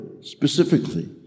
Specifically